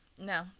no